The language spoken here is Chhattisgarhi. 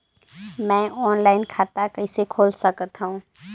मैं ऑनलाइन खाता कइसे खोल सकथव?